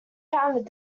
founded